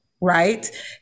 right